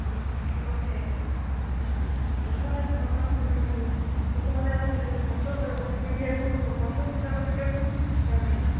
ଲୋକମାନେ ଲୋକମାନେ ଆଉ ସେ କଥାକୁ ବୁଝୁ ନାହାନ୍ତି ଲୋକମାନେ ଆଉ ସେ ତନ୍ତ ଡ୍ରେସ୍ ପିନ୍ଧିବାକୁ ତନ୍ତ ପୋଷାକ ପିନ୍ଧିବାକୁ ଚାହୁଁ ନାହାନ୍ତି